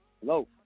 Hello